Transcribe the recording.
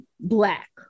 black